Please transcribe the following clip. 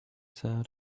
said